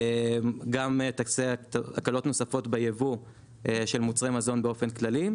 גם תקצה הקלות נוספות ביבוא של מוצרי מזון באופן כללי,